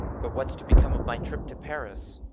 but what's to become of my trip to paris?